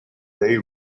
they